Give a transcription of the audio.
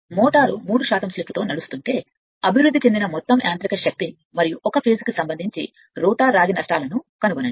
motor 3 స్లిప్తో నడుస్తుంటే అభివృద్ధి చెందిన మొత్తం యాంత్రిక శక్తిని మరియు ఫేస్ కు రోటర్ రాగి నష్టాలను కనుగొనండి